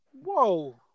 Whoa